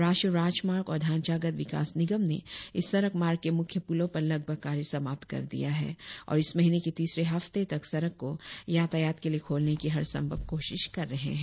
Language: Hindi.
राष्ट्रीय राजमार्ग और ढांचागत विकास निगम ने इस सड़क मार्ग के मुख्य पुलों पर लगभग कार्य समाप्त कर दिया है और इस महीने के तीसरे हफ्ते तक सड़क को यातायात के लिए खोलने की हर संभव कोशिश कर रहे है